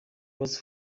was